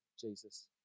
Jesus